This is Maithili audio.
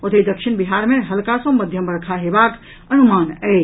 ओतहि दक्षिण बिहार मे हल्का सॅ मध्यम वर्षा हेबाक अनुमान अछि